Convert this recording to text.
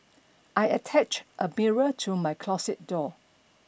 I attached a mirror to my closet door